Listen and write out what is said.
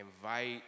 invite